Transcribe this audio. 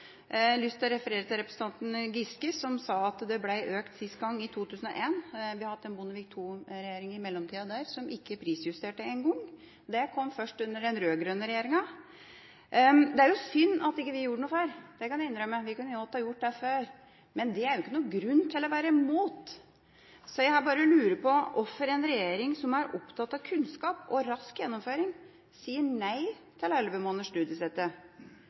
Jeg har lyst til å referere til representanten Giske som sa at den ble økt sist gang i 2001. Vi har hatt en Bondevik II-regjering i mellomtida som ikke en gang prisjusterte – det kom først under den rød-grønne regjeringa. Det er synd at vi ikke gjorde noe før – det kan jeg innrømme – vi kunne godt ha gjort det før, men det er jo ikke noen grunn til å være imot. Jeg lurer på hvorfor en regjering som er opptatt av kunnskap og rask gjennomføring, sier nei til